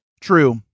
True